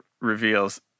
reveals